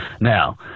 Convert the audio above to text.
Now